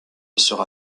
sera